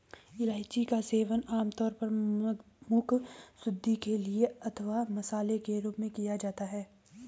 इलायची का सेवन आमतौर पर मुखशुद्धि के लिए अथवा मसाले के रूप में किया जाता है